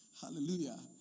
Hallelujah